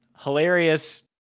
hilarious